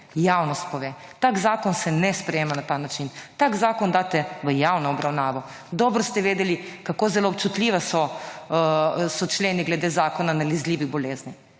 Javnost pove. Tak zakon se ne sprejema na ta način. Tak zakon daste v javno obravnavo. Dobro ste vedeli kako zelo občutljivi so členi glede zakona o nalezljivih bolezni